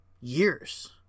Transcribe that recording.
years